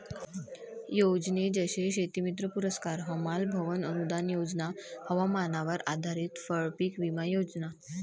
योजने जसे शेतीमित्र पुरस्कार, हमाल भवन अनूदान योजना, हवामानावर आधारित फळपीक विमा योजना